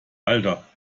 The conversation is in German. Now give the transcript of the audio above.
alter